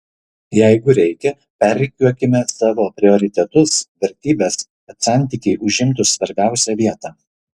jeigu reikia perrikiuokime savo prioritetus vertybes kad santykiai užimtų svarbiausią vietą